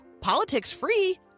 Politics-free